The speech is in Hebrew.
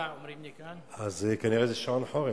אומרים לי כאן שלא לפני 22:15. אז כנראה זה שעון החורף.